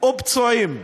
או פצועים.